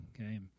okay